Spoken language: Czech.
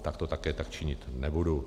Tak to také tak činit nebudu.